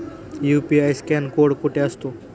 UPI scan code कुठे असतो?